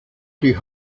die